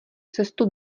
cestu